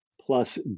plus